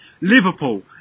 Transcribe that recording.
Liverpool